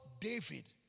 David